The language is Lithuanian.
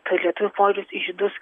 kad lietuvių požiūris į žydus